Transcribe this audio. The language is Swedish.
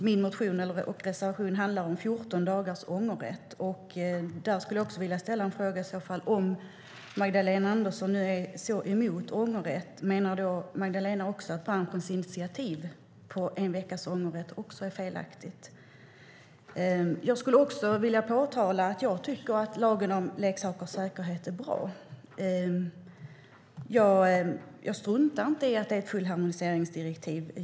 Min motion och reservation handlar om 14 dagars ångerrätt. Där skulle jag också vilja fråga: Om Magdalena Andersson är så emot ångerrätt, menar då Magdalena att branschens initiativ om en veckas ångerrätt också är felaktigt? Jag vill påtala att jag tycker att lagen om leksakers säkerhet är bra. Jag struntar inte i att det är ett fullharmoniseringsdirektiv.